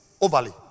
Overly